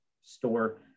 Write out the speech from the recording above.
store